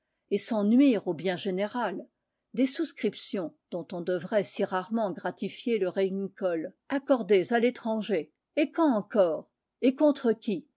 et sans nuire au bien général des souscriptions dont on devrait si rarement gratifier le régnicole accordées à l'étranger et quand encore et contre qui